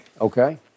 Okay